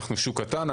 אנחנו שוק קטן.